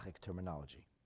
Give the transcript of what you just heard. terminology